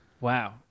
Wow